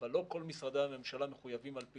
אבל לא כל משרדי הממשלה מחויבים על פי